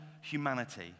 humanity